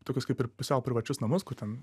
tokius kaip ir pusiau privačius namus kur ten